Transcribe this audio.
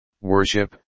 worship